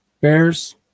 bears